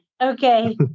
Okay